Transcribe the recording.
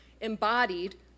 embodied